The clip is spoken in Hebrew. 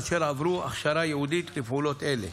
אשר עברו הכשרה ייעודית לפעולות אלה.